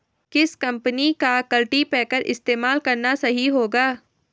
किस कंपनी का कल्टीपैकर इस्तेमाल करना सही होगा?